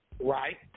Right